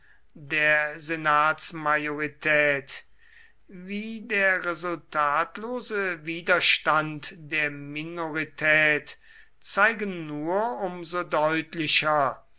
der senatsmajorität wie der resultatlose widerstand der minorität zeigen nur um so deutlicher